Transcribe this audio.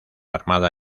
armada